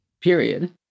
period